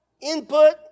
input